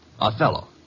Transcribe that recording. Othello